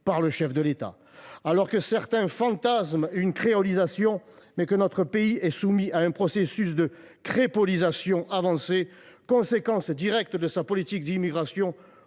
par le chef de l’État lui même ! Alors que certains fantasment une créolisation, mais que notre pays est plutôt soumis à un processus de « crépolisation » avancé, conséquence directe de sa politique d’immigration,